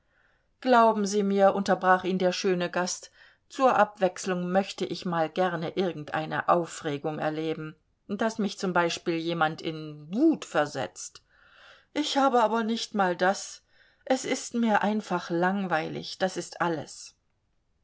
glauben sie mir unterbrach ihn der schöne gast zur abwechslung möchte ich mal gerne irgendeine aufregung erleben daß mich zum beispiel jemand in wut versetzt ich habe aber nicht mal das es ist mir einfach langweilig das ist alles